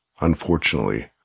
Unfortunately